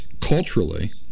culturally